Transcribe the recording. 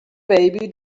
baby